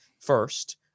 first